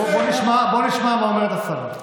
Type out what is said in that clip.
בוא נשמע מה אומרת השרה.